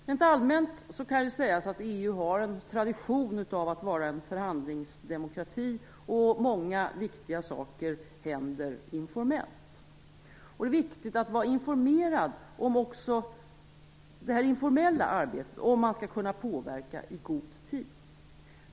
Rent allmänt kan sägas att vi har en tradition av att vara en förhandlingsdemokrati, och många viktiga saker händer informellt. Det är viktigt att vara informerad också om det här informella arbetet, om man skall kunna påverka i god tid.